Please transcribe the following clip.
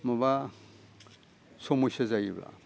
माबा समयसा जायोब्ला